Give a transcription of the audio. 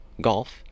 golf